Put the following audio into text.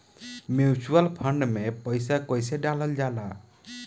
Mutual fund मे पईसा कइसे डालल जाला?